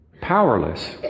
powerless